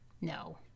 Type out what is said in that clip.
No